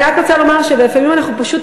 אני רק רוצה לומר שלפעמים אנחנו פשוט